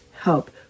help